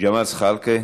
ג'מאל זחאלקה,